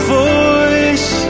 voice